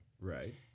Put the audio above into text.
Right